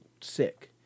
sick